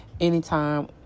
anytime